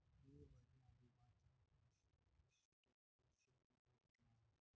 मी माझ्या आजोबांचा वशिष्ठ पेन्शन विमा घेतला आहे